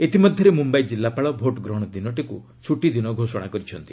ଇତିମଧ୍ୟରେ ମୁମ୍ୟାଇ କିଲ୍ଲାପାଳ ଭୋଟ୍ଗ୍ରହଣ ଦିନଟିକୁ ଛୁଟିଦିନ ଘୋଷଣା କରିଛନ୍ତି